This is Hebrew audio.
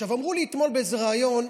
אתמול באיזה ריאיון,